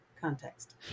context